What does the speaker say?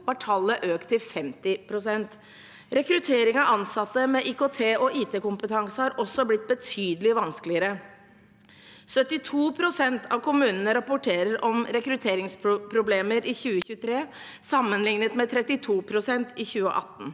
var tallet økt til 50 pst. Rekruttering av ansatte med IKT- og IT-kompetanse har også blitt betydelig vanskeligere. 72 pst. av kommunene rapporterer om rekrutteringsproblemer i 2023. I 2018 var det 32 pst.